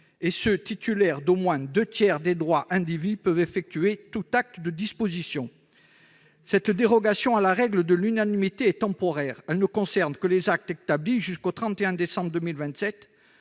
qui sont titulaires d'au moins deux tiers des droits indivis peuvent effectuer tout acte de disposition. Cette dérogation à la règle de l'unanimité est temporaire ; elle ne concerne que les actes établis jusqu'au 31 décembre 2027.